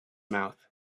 mouth